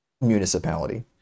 municipality